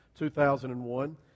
2001